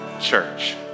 church